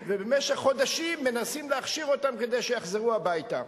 ובמשך חודשים מנסים להכשיר אותם כדי שיוכלו לחזור הביתה.